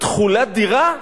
תכולת דירה?